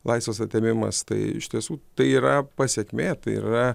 laisvės atėmimas tai iš tiesų tai yra pasekmė tai yra